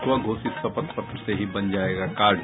स्व घोषित शपथ पत्र से ही बन जायेगा कार्ड